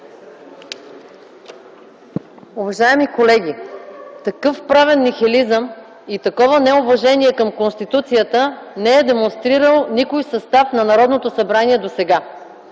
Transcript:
Уважаеми колеги, такъв правен нихилизъм и такова неуважение към Конституцията не е демонстрирал никой състав на Народното събрание досега!